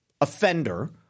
offender